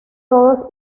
todos